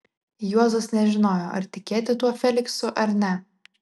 juozas nežinojo ar tikėti tuo feliksu ar ne